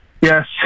Yes